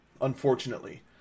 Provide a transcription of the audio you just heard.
unfortunately